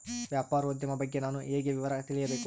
ವ್ಯಾಪಾರೋದ್ಯಮ ಬಗ್ಗೆ ನಾನು ಹೇಗೆ ವಿವರ ತಿಳಿಯಬೇಕು?